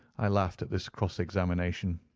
i laughed at this cross-examination.